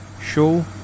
show